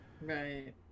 Right